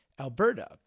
Alberta